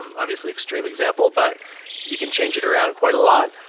um obviously extreme example, but you can change it around quite a lot.